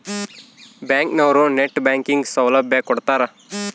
bank ಅವ್ರು net banking ಸೌಲಭ್ಯ ಕೊಡ್ತಾರ